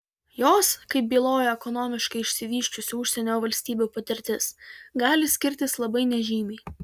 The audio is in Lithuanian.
jos kaip byloja ekonomiškai išsivysčiusių užsienio valstybių patirtis gali skirtis labai nežymiai